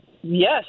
yes